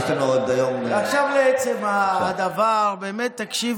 יש לנו היום עוד, לעצם הדבר, תקשיבו,